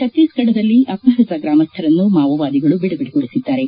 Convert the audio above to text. ಛತ್ತೀಸ್ಗಢದಲ್ಲಿ ಅಪಹ್ಪತ ಗ್ರಾಮಸ್ದರನ್ನು ಮಾವೋವಾದಿಗಳು ಬಿಡುಗಡೆಗೊಳಿಸಿದ್ದಾರೆ